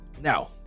now